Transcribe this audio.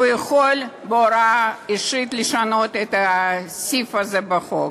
הוא יכול בהוראה אישית לשנות את הסעיף הזה בחוק.